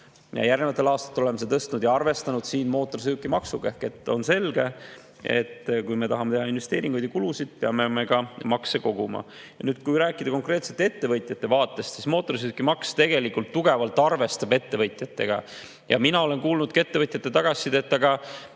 Järgnevatel aastatel oleme seda tõstnud ja oleme arvestanud siin nüüd mootorsõidukimaksuga. On selge, et kui me tahame teha investeeringuid ja kulutusi, peame me ka makse koguma. Kui rääkida konkreetselt ettevõtjate vaatest, siis mootorsõidukimaks tegelikult tugevalt arvestab ettevõtjatega. Mina olen kuulnud ettevõtjatelt ka